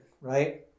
right